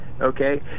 okay